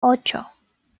ocho